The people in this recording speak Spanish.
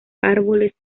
árboles